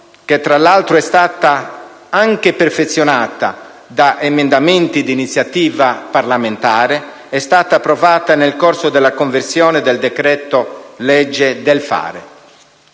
che tra l'altro è stata anche perfezionata da emendamenti di iniziativa parlamentare, è stata approvata nel corso della conversione del cosiddetto decreto-legge del fare: